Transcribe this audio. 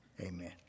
Amen